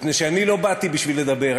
מפני שאני לא באתי בשביל לדבר,